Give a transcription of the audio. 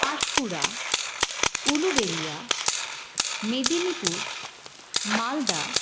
Panskura Uluberia Medinipur Malda